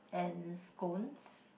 and scones